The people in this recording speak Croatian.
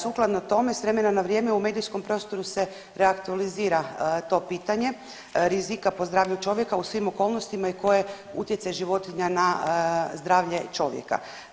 Sukladno tome s vremena na vrijeme u medijskom prostoru se reaktualizira to pitanje rizika po zdravlje čovjeka u svim okolnostima i koji je utjecaj životinja na zdravlje čovjeka.